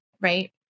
right